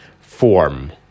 form